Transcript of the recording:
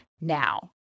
now